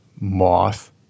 moth